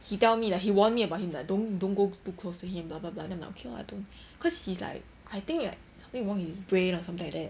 he tell me that he warn me about him that don't don't go too close to him blah blah blah then okay lah I don't cause he's like I think like something wrong with his brain or something like that